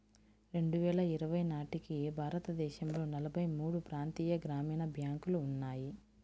రెండు వేల ఇరవై నాటికి భారతదేశంలో నలభై మూడు ప్రాంతీయ గ్రామీణ బ్యాంకులు ఉన్నాయి